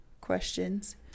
questions